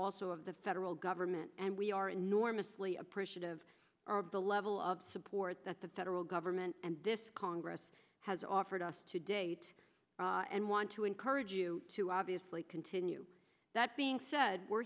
also of the federal government and we are enormously appreciative of the level of support that the federal government and this congress has offered us to date and want to encourage you to obviously continue that being said we're